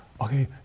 Okay